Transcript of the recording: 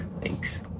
Thanks